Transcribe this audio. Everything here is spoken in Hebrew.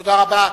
תודה רבה.